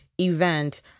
event